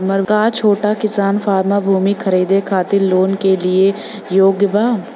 का छोटा किसान फारम भूमि खरीदे खातिर लोन के लिए योग्य बा?